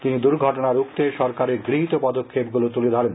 তিনি দুর্ঘটনা রুখতে সরকারের গৃহীত পদক্ষেপগুলো তুলে ধরেন